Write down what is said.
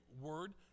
word